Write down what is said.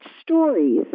stories